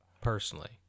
personally